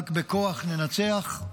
רק בכוח ננצח,